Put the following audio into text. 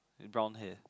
with brown hair